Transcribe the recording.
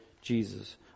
Jesus